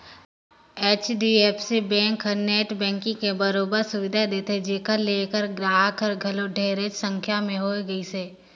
HDFC bank हर net banking के बरोबर सुबिधा देथे जेखर ले ऐखर गराहक हर घलो ढेरेच संख्या में होए गइसे